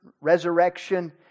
resurrection